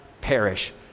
perish